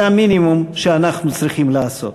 זה המינימום שאנחנו צריכים לעשות.